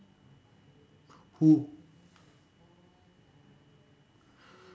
who